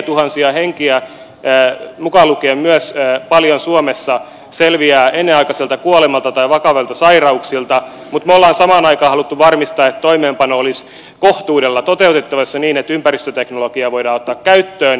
kymmeniätuhansia henkiä mukaan lukien myös paljon suomessa selviää ennenaikaiselta kuolemalta tai vakavilta sairauksilta mutta me olemme samaan aikaan halunneet varmistaa että toimeenpano olisi kohtuudella toteutettavissa niin että ympäristöteknologiaa voidaan ottaa käyttöön